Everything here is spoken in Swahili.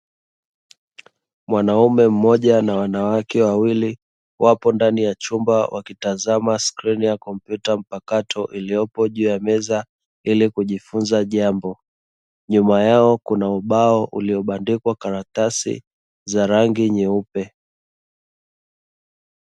Mwanaume mmoja na wanawake wawili wapo ndani ya chumba wakitazama skrini ya kompyuta mpakato iliyopo juu ya meza ili kujifunza jambo, nyuma yao kuna ubao ulio bandikwa karatasi za rangi nyeupe.